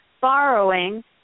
borrowing